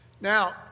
Now